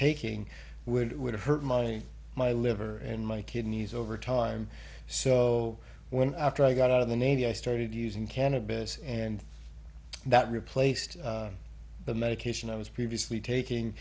taking would would have hurt my my liver and my kidneys over time so when after i got out of the navy i started using cannabis and that replaced the medication i was previously taking